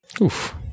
Oof